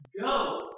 Go